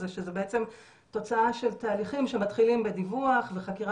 זה שזה בעצם תוצאה של תהליכים שמתחילים בדיווח וחקירה